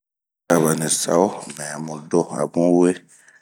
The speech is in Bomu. A ba ni saho mɛmudo abun we